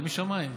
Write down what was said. זה משמיים.